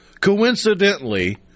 coincidentally